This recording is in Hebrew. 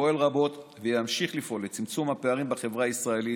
משרד הפנים פועל רבות וימשיך לפעול לצמצום הפערים בחברה הישראלית,